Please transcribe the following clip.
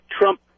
Trump